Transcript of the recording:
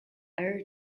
air